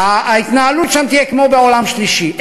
ההתנהלות שם תהיה כמו בעולם השלישי.